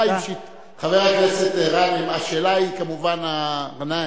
חבר הכנסת גנאים,